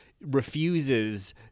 refuses